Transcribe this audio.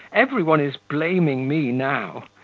every one is blaming me now,